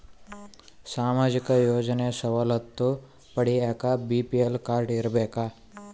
ಸಾಮಾಜಿಕ ಯೋಜನೆ ಸವಲತ್ತು ಪಡಿಯಾಕ ಬಿ.ಪಿ.ಎಲ್ ಕಾಡ್೯ ಇರಬೇಕಾ?